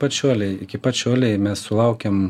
pat šiolei iki pat mes sulaukiam